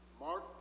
Mark